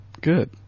Good